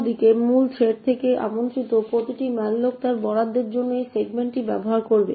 অন্যদিকে মূল থ্রেড থেকে আমন্ত্রিত প্রতিটি malloc তার বরাদ্দের জন্য এই সেগমেন্টটি ব্যবহার করবে